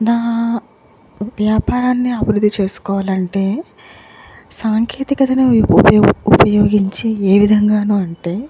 నా వ్యాపారాన్ని అభివృద్ధి చేసుకోవాలంటే సాంకేతికతను ఉపయో ఉపయోగించి ఏ విధంగాను అంటే